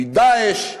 מ"דאעש",